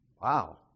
Wow